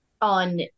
on